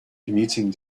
commuting